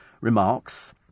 remarks